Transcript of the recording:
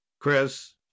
chris